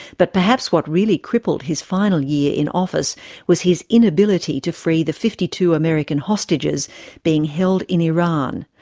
but perhaps what really crippled his final year in office was his inability to free the fifty two american hostages being held in iran,